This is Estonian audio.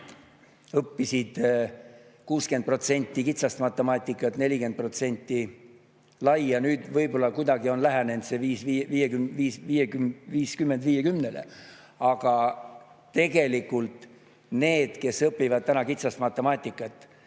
õppis 60% kitsast matemaatikat, 40% laia, nüüd võib-olla on see kuidagi on lähenenud, et on 50 : 50. Aga tegelikult nendest, kes õpivad täna kitsast matemaatikat,